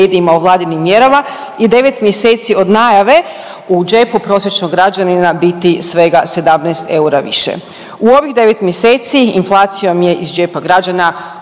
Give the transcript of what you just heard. o vladinim mjerama i devet mjeseci od najave u džepu prosječnog građanina biti svega 17 eura više. U ovih devet mjeseci inflacijom je iz džepa građana